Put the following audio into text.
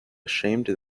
ashamed